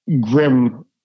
grim